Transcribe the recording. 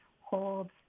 holds